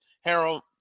Harold